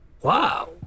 wow